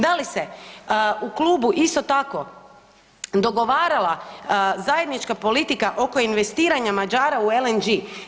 Da li se u klubu isto tako dogovarala zajednička politika oko investiranja Mađara u LNG?